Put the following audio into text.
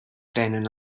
prenen